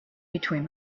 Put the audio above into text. between